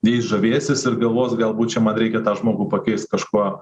jais žavėsis ir galvos galbūt čia man reikia tą žmogų pakeist kažkuo